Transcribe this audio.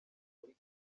muri